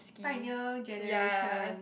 pioneer generation